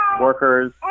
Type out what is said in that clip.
workers